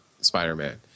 spider-man